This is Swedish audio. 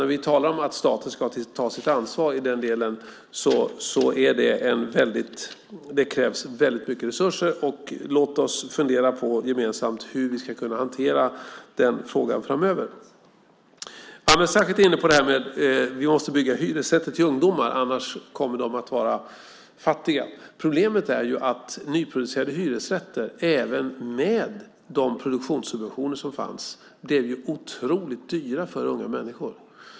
När vi talar om att staten ska ta sitt ansvar i den delen krävs väldigt mycket resurser. Låt oss gemensamt fundera på hur vi ska kunna hantera den frågan framöver. Ameer Sachet är inne på att vi måste bygga hyresrätter till ungdomar, annars kommer de att vara fattiga. Problemet är dock att nyproducerade hyresrätter, även med de produktionssubventioner som fanns, blev otroligt dyra för unga människor.